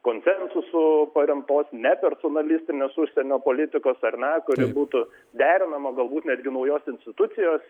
konsensusu paremtos ne personalistinės užsienio politikos ar ne būtų derinama o galbūt netgi naujos institucijos